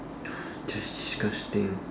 that's disgusting